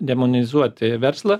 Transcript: demonizuoti verslą